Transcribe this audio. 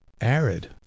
arid